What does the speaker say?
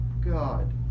God